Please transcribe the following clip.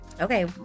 okay